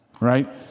right